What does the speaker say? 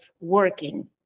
working